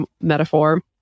metaphor